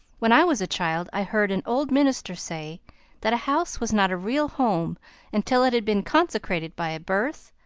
when i was a child i heard an old minister say that a house was not a real home until it had been consecrated by a birth,